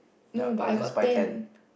no but I got ten